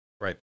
Right